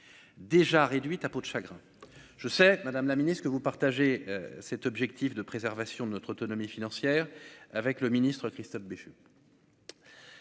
déjà réduite à peau de chagrin, je sais, Madame la Ministre, que vous partagez cet objectif de préservation de notre autonomie financière avec le ministre, Christophe Béchu,